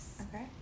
Okay